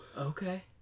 Okay